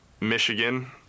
Michigan